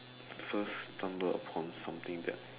first stumble upon something that